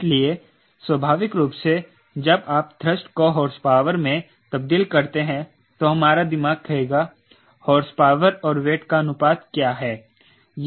इसलिए स्वाभाविक रूप से जब आप थ्रस्ट को हॉर्सपावर में तब्दील करते हैं तो हमारा दिमाग कहेगा हॉर्सपावर और वेट का अनुपात क्या है यह एक स्वाभाविक सवाल है